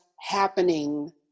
happening